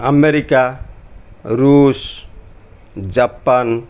America ରୁଷ୍ Japan